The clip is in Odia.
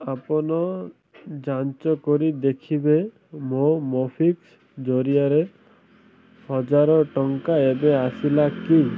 ଆପଣ ଯାଞ୍ଚ କରି ଦେଖିବେ କି ମୋ ମୋବିକ୍ଵିକ୍ ଜରିଆରେ ହଜାର ଟଙ୍କା ଏବେ ଆସିଲା କି